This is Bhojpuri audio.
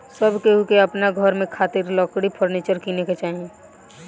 सब केहू के अपना घर में खातिर लकड़ी के फर्नीचर किने के चाही